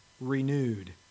renewed